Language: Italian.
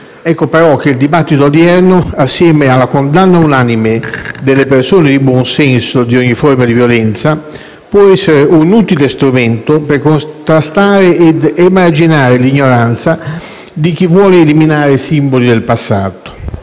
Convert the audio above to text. Ecco, però, che il dibattito odierno - assieme alla condanna unanime delle persone di buon senso di ogni forma di violenza - può essere un utile strumento per contrastare ed emarginare l'ignoranza di chi vuole eliminare i simboli del passato.